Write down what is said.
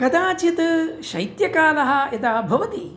कदाचित् शैत्यकालः यदा भवति